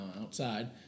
outside